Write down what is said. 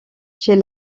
chez